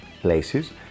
places